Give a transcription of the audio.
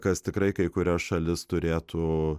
kas tikrai kai kurias šalis turėtų